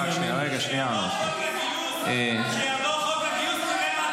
אתה תחייך ואני אאבד את הילדים שלי.